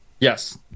Yes